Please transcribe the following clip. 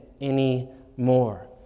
anymore